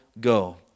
go